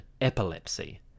epilepsy